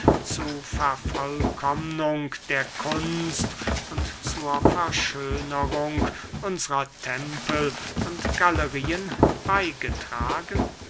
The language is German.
zu vervollkommnung der kunst und zur verschönerung unsrer tempel und galerien beygetragen